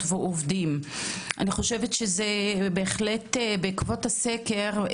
ועובדים זרים בענף הסיעוד ועל מדיניות משרדה